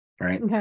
right